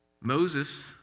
Moses